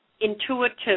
intuitive